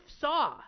saw